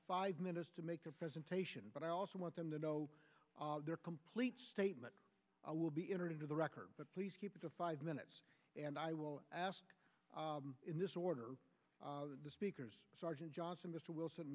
five minutes to make a presentation but i also want them to know their complete statement i will be interested to the record but please keep it to five minutes and i will ask in this order the speakers sergeant johnson mr wilson